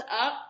up